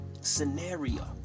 scenario